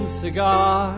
cigar